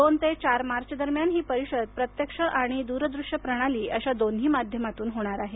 दोन ते चार मार्चदरम्यान ही परिषद प्रत्यक्ष आणि द्रदृश्य प्रणाली अशा दोन्ही माध्यमातून होणार आहे